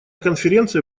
конференция